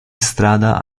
strada